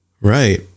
Right